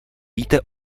víte